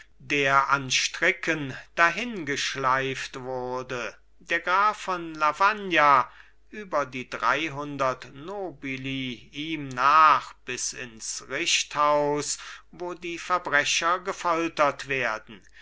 der an stricken dahingeschleift wurde der graf von lavagna über die dreihundert nobili ihm nach bis ins richthaus wo die verbrecher gefoltert werden